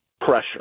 pressure